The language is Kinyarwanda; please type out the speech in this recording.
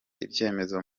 ibyemezo